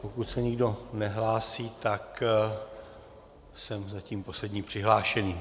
Pokud se nikdo nehlásí, tak jsem zatím posledním přihlášeným.